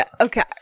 okay